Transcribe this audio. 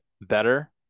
better